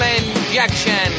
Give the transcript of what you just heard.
injection